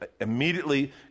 immediately